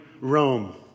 Rome